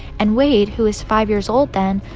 and wade, who was five years old then,